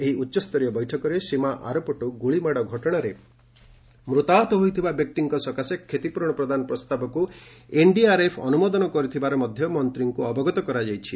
ଏହି ଉଚ୍ଚସ୍ତରୀୟ ବୈଠକରେ ସୀମା ଆରପଟୁ ଗୁଳି ମାଡ ଘଟଣାରେ ମୃତାହତ ହୋଇଥିବା ବ୍ୟକ୍ତିଙ୍କ ସକାଶେ କ୍ଷତିପୂରଣ ପ୍ରସ୍ତାବକୁ ଏନଡିଆରଏଫ ଅନୁମୋଦନ କରିଥିବା ମନ୍ତ୍ରୀଙ୍କୁ ପ୍ରଦାନ ଅବଗତ କରାଯାଇଛି